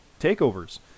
takeovers